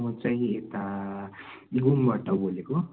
म चाहिँ यता घुमबाट बोलेको